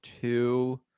two